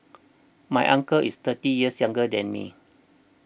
my uncle is thirty years younger than me